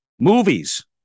Movies